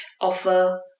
offer